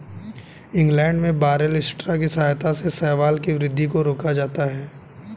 England में barley straw की सहायता से शैवाल की वृद्धि को रोका जाता है